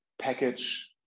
package